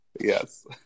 Yes